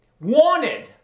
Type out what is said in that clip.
Wanted